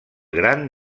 gran